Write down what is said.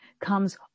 comes